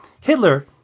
Hitler